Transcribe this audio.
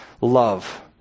love